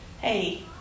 hey